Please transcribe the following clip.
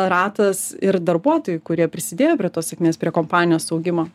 ratas ir darbuotojų kurie prisidėjo prie tos sėkmės prie kompanijos augimo